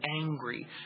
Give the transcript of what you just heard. angry